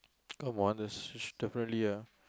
I wonders you should definitely ya